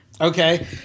Okay